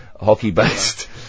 hockey-based